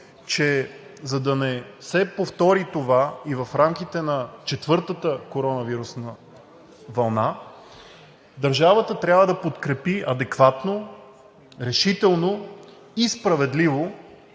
че за да не се повтори това и в рамките на четвъртата коронавирусна вълна, държавата трябва да подкрепи адекватно, решително и справедливо